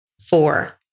Four